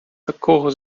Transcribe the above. такого